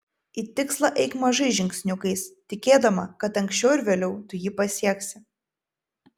į tikslą eik mažais žingsniukais tikėdama kad anksčiau ar vėliau tu jį pasieksi